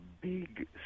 big